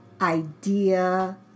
idea